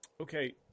Okay